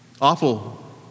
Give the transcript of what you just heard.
Awful